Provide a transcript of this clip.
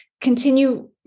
continue